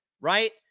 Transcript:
right